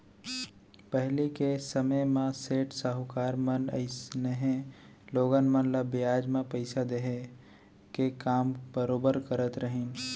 पहिली के समे म सेठ साहूकार मन अइसनहे लोगन मन ल बियाज म पइसा देहे के काम बरोबर करत रहिन